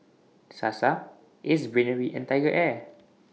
Sasa Ace Brainery and TigerAir